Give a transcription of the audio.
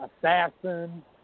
assassin